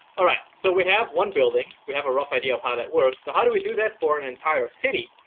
all right, so we have one building. we have a rough idea of how that works. so how do we do that for an entire city?